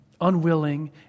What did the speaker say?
unwilling